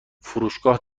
فروشگاه